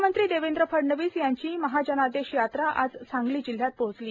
मुख्यमंत्री देवेंद्र फडणवीस यांची महाजनादेश यात्रा आज सांगली जिल्ह्यात पोहोचली